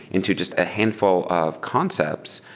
into just a handful of concepts,